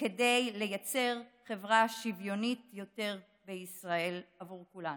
וכדי לייצר חברה שוויונית יותר בישראל עבור כולם.